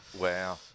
Wow